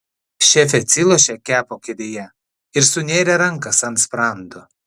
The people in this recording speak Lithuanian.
šefė atsilošė kepo kėdėje ir sunėrė rankas ant sprando